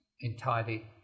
entirely